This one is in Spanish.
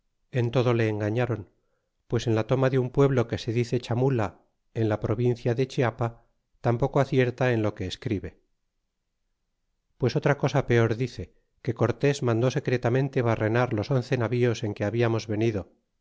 en todo le engallaron pués en la toma de un pueblo que se dice chamula en la provincia de chiapa tampoco acierta en lo que escribe pues otra cosa peor dice que cortés mandó secretamente barrenar los once navíos en que hablamos venido